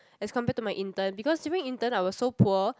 as compared to my intern because during intern I was so poor